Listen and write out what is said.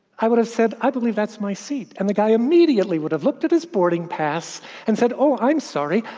i would have said, i believe that's my seat, and the guy immediately would have looked at his boarding pass and said, oh, i'm sorry.